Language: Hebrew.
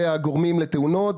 והגורמים לתאונות.